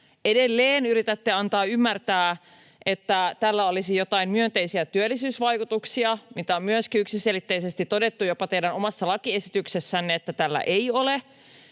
Edelleen yritätte antaa ymmärtää, että tällä olisi joitain myönteisiä työllisyysvaikutuksia, mistä on myöskin yksiselitteisesti todettu jopa teidän omassa lakiesityksessänne, että tällaisia ei ole.